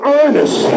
earnest